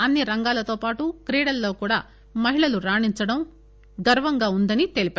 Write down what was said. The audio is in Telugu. అన్ని రంగాలతో పటు క్రీడల్లో కూడా మహిళలు రాణించటం గర్వంగా ఉందని తెలిపారు